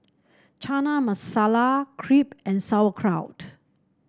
Chana Masala Crepe and Sauerkraut